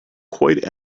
quite